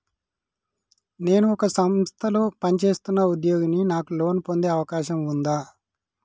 నేను ఒక సంస్థలో పనిచేస్తున్న ఉద్యోగిని నాకు లోను పొందే అవకాశం ఉందా?